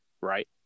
right